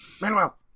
Manuel